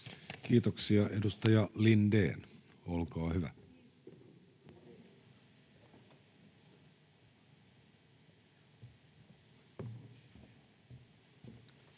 Kiitoksia. — Edustaja Lindén, olkaa hyvä.